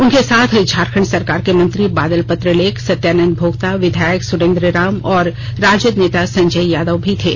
उनके साथ झारखंड सरकार के मंत्री बादल पत्रलेख सत्यानंद भोक्ता विधायक सुरेंद्र राम और राजद नेता संजय यादव भी थे